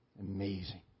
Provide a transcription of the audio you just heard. Amazing